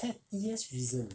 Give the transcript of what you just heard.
pettiest reason